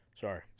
Sorry